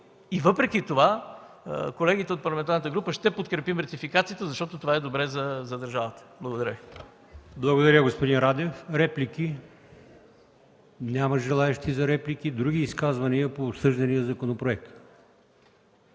Въпреки това с колегите от парламентарната група ще подкрепим ратификацията, защото това е добре за държавата. Благодаря Ви. ПРЕДСЕДАТЕЛ АЛИОСМАН ИМАМОВ: Благодаря, господин Радев. Реплики? Няма желаещи за реплики. Други изказвания по обсъждания законопроект?